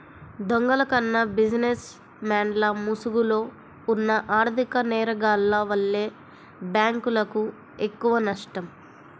దొంగల కన్నా బిజినెస్ మెన్ల ముసుగులో ఉన్న ఆర్ధిక నేరగాల్ల వల్లే బ్యేంకులకు ఎక్కువనష్టం